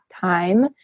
time